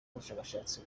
ubushakashatsi